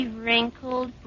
wrinkled